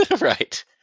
right